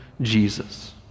Jesus